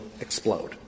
explode